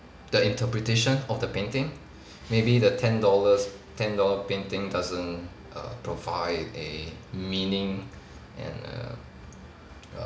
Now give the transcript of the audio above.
the interpretation of the painting maybe the ten dollars ten dollar painting doesn't err provide a meaning and err a